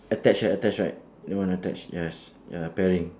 attach ya attach right your one attach yes ya pairing